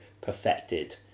perfected